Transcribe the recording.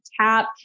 Tap